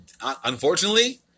Unfortunately